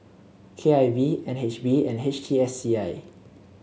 K I V N H B and H T S C I